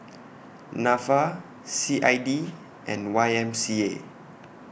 Nafa C I D and Y M C A